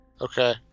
okay